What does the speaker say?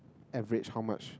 average how much